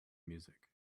music